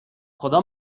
خدا